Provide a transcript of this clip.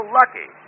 lucky